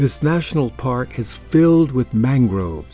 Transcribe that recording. this national park is filled with mang